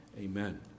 Amen